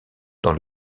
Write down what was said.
dans